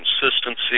consistency